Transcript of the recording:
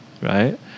right